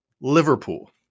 Liverpool